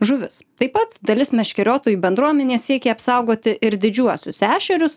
žuvis taip pat dalis meškeriotojų bendruomenėj siekia apsaugoti ir didžiuosius ešerius